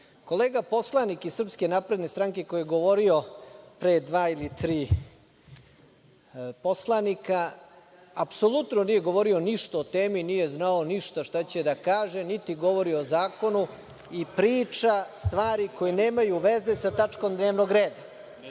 redu. Kolega poslanik iz SNS koji je govorio pre dva ili tri poslanika, apsolutno nije govorio ništa o temi, nije znao ništa šta će da kaže, niti govori o zakonu i priča stvari koje nemaju veze sa tačkom dnevnog reda. Ja